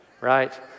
right